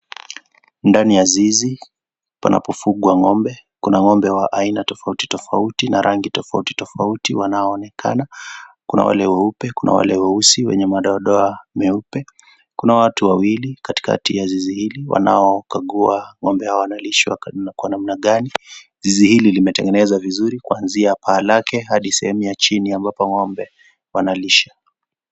Ndani ya zizi panapofugwa ng'ombe. Kuna ng'ombe wa aina tofauti tofauti na rangi tofauti tofauti wanaonekana. Kuna wale weupe kuna wale weusi wenye madoa meupe. Kuna watu wawili katikakati ya zizi hili wanaogagua ng'ombe wanalishwa kwa namna gani. Zizi hili limetengenezwa vizuri kuanzia paa lake adi sehemu ya chini ambapo ng'ombe wanalishwa.